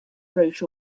wrote